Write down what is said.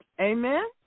Amen